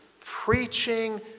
Preaching